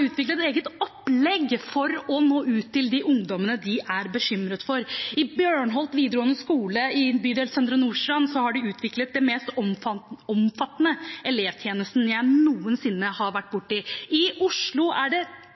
et eget opplegg for å nå ut til de ungdommene de er bekymret for. På Bjørnholt videregående skole i bydelen Søndre Nordstrand har de utviklet den mest omfattende elevtjenesten jeg noensinne har vært borti. I Oslo er det